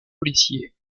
policiers